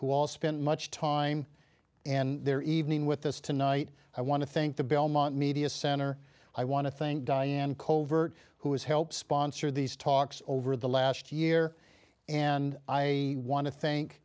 who all spent much time and their evening with us tonight i want to think the belmont media center i want to thank diane covert who has helped sponsor these talks over the last year and i want to thank